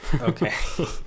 Okay